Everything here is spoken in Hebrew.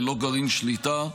ללא גרעין שליטה,